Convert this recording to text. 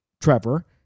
Trevor